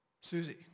Susie